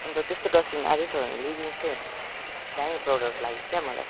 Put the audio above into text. अन्त त्यस्तो डस्टबिन अझै छ भने ल्याइदिनुहोस् है दामी प्रडक्ट लाग्यो क्या मलाई